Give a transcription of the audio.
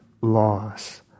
loss